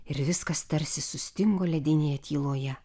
ir viskas tarsi sustingo ledinėje tyloje